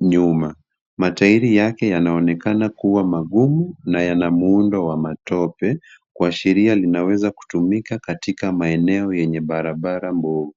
nyuma. Mataili yake yanaonekana kuwa magumu na yana muundo wa matope kuashiria yanaweza kutumika kwenye maeneo yenye barabara mbovu.